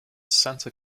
santa